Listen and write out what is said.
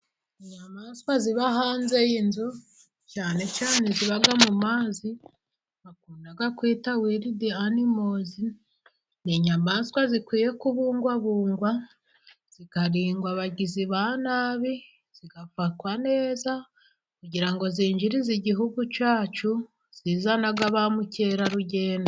Inyamaswa ziba hanze y'inzu, cyane cyane ziba mu mazi, bakunda kwita wiridi animozi, ni inyamaswa zikwiye kubungabungwa, zikarindwa abagizi ba nabi, zigafatwa neza, kugira ngo zinjirize igihugu cyacu, zizana ba mukerarugendo.